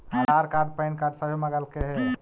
आधार card PAN card सभे मगलके हे?